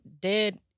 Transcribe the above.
dead